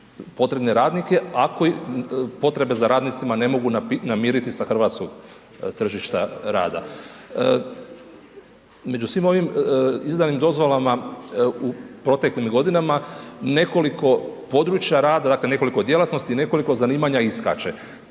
potrebne radnike, ako potrebe za radnicima ne mogu namiriti sa hrvatskoga tržišta rada. Među svim ovim izdanim dozvolama u proteklim godinama nekoliko područja rada, dakle nekoliko djelatnosti i nekoliko zanimanja iskače.